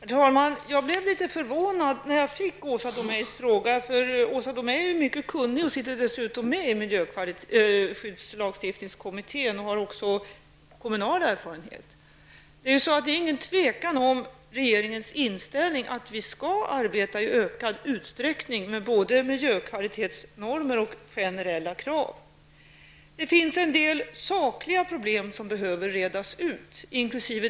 Herr talman! Jag blev litet förvånad när jag fick Åsa Domeijs fråga. Åsa Domeij är ju mycket kunnig och sitter dessutom med i miljöskyddskommittén. Hon har också kommunal erfarenhet. Det råder inget tvivel om regeringens inställning att vi skall arbeta i ökad utsträckning med både miljökvalitetsnormer och generella krav. Det finns en del sakliga problem som behöver redas ut, inkl.